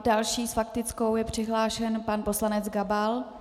Další s faktickou je přihlášen pan poslanec Gabal.